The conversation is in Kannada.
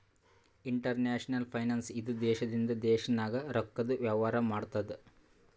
ಇಂಟರ್ನ್ಯಾಷನಲ್ ಫೈನಾನ್ಸ್ ಇದು ದೇಶದಿಂದ ದೇಶ ನಾಗ್ ರೊಕ್ಕಾದು ವೇವಾರ ಮಾಡ್ತುದ್